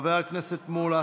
חבר הכנסת מולא,